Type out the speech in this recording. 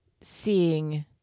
seeing